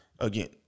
Again